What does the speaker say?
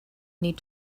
need